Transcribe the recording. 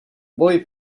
boy